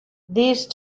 these